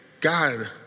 God